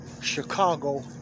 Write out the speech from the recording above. Chicago